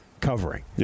covering